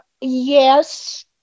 Yes